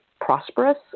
prosperous